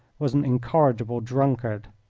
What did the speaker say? was an incorrigible drunkard.